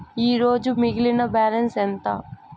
ఈరోజు మిగిలిన బ్యాలెన్స్ ఎంత?